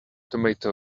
tomato